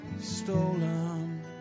stolen